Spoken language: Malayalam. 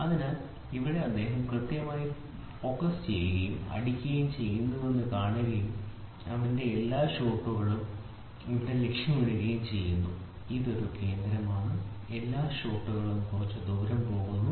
അതിനാൽ ഇവിടെ അദ്ദേഹം കൃത്യമായി ഫോക്കസ് ചെയ്യുകയും അടിക്കുകയും ചെയ്യുന്നുവെന്ന് കാണുകയും അവന്റെ എല്ലാ ഷോട്ടുകളും ഇവിടെ ലക്ഷ്യമിടുകയും ചെയ്യുന്നു ഇതൊരു കേന്ദ്രമാണ് എല്ലാ ഷോട്ടുകളും കുറച്ച് ദൂരം പോകുന്നു